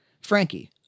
Frankie